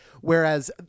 whereas